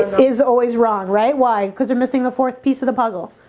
is always wrong, right? why because we're missing the fourth piece of the puzzle.